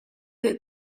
that